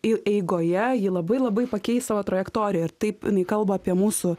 ir eigoje ji labai labai pakeis savo trajektoriją ir taip kalba apie mūsų